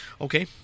Okay